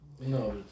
No